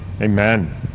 Amen